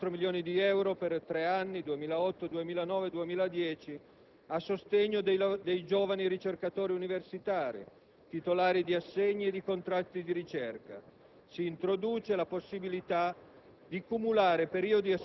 Si stanziano 24 milioni di euro per tre anni (2008, 2009 e 2010) a sostegno dei giovani ricercatori universitari, titolari di assegni e contratti di ricerca. Si introduce la possibilità di